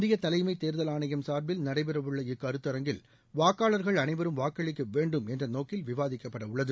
இந்திய தலைமை தேர்தல் ஆணையம் சார்பில் நடைபெறவுள்ள இக்கருத்தரங்கில் வாக்காளர்கள் அனைவரும் வாக்களிக்க வேண்டும் என்ற நோக்கில் விவாதிக்கப்படவுள்ளது